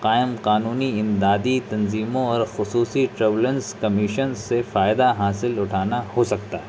قائم قانونی امدادی تنظیموں اور خصوصی ٹریبلنس کمیشن سے فائدہ حاصل اٹھانا ہو سکتا ہے